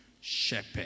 shepherd